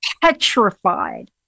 petrified